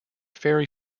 ferry